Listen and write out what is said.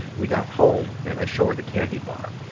we got home and i show her the candy bar.